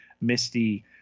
misty